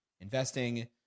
investing